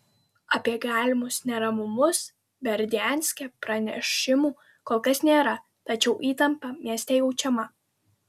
apie galimus neramumus berdianske pranešimų kol kas nėra tačiau įtampa mieste jaučiama